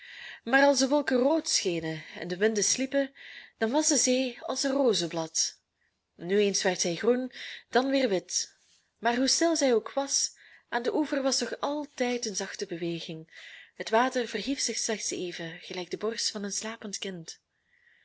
maar als de wolken rood schenen en de winden sliepen dan was de zee als een rozeblad nu eens werd zij groen dan weer wit maar hoe stil zij ook was aan den oever was toch altijd een zachte beweging het water verhief zich slechts even gelijk de borst van een slapend kind